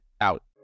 out